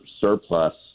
surplus